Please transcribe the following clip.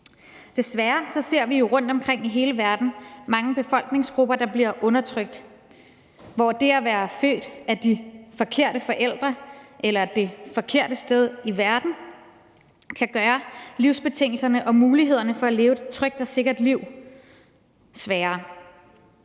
Desværre ser vi jo rundtomkring i hele verden mange befolkningsgrupper, der bliver undertrykt, og hvor det at være født af de forkerte forældre eller det forkerte sted i verden kan gøre livsbetingelserne og mulighederne for at leve et trygt og sikkert liv sværere.